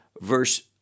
Verse